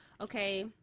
Okay